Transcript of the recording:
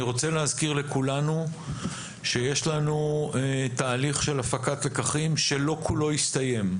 אני רוצה להזכיר לכולנו שיש לנו תהליך של הפקת לקחים שלא כולו הסתיים,